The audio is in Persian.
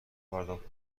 پرداخت